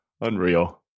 unreal